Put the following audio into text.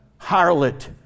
harlot